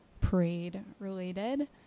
parade-related